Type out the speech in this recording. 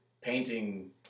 painting